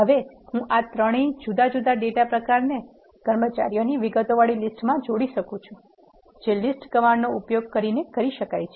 હવે હું આ ત્રણેય જુદા જુદા ડેટા પ્રકારોને કર્મચારીઓની વિગતોવાળી લીસ્ટ માં જોડી શકું છું જે લીસ્ટ કમાન્ડ નો ઉપયોગ કરીને કરી શકાય છે